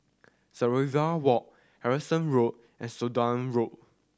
Sommerville Walk Harrison Road and Sudan Road